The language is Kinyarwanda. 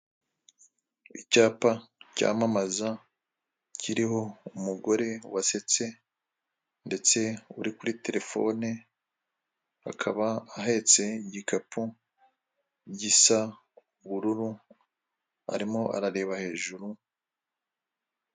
Icyapa cyamamaza kiriho umugore wasetse ndetse uri kuri terefone akaba ahetse igikapu gisa' ubururu arimo arareba hejuru.